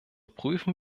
prüfen